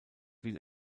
will